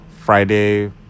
Friday